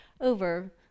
over